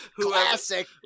classic